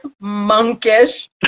Monkish